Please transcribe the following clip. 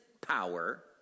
power